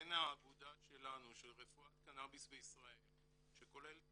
בין האגודה שלנו של רפואת קנאביס בישראל שכוללת